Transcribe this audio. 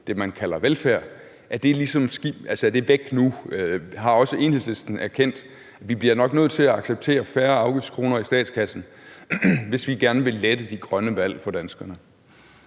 det, man kalder velfærd. Er det væk nu? Har også Enhedslisten erkendt, at vi nok bliver nødt til at acceptere færre afgiftskroner i statskassen, hvis vi gerne vil lette de grønne valg for danskerne?